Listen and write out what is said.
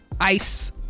ice